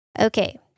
Okay